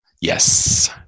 yes